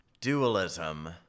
dualism